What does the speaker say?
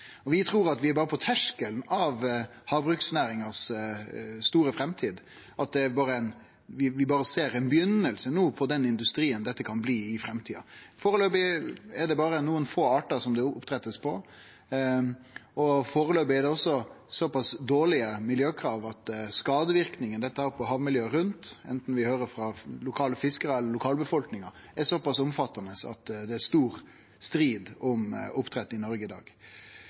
treng. Vi trur at vi er berre på terskelen til ei stor framtid for havbruksnæringa, at vi no berre ser ei begynning på den industrien dette kan bli i framtida. Foreløpig er det berre nokre få artar det blir drive oppdrett på, og foreløpig er det såpass dårlege miljøkrav at skadeverknadene dette har på havmiljøet rundt, anten vi høyrer det frå lokale fiskarar eller frå lokalbefolkninga, er såpass omfattande at det er stor strid om oppdrett i Noreg i dag.